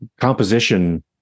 composition